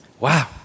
Wow